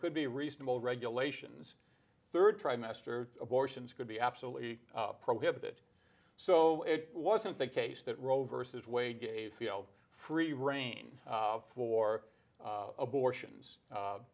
could be reasonable regulations third trimester abortions could be absolutely prohibited so it wasn't the case that roe versus wade gave feel free rein for abortions